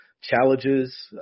challenges